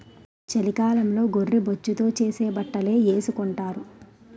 చలికాలంలో గొర్రె బొచ్చుతో చేసే బట్టలే ఏసుకొంటారు